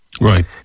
Right